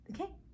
Okay